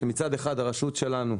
כאשר מצד אחד הרשות שלנו,